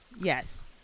Yes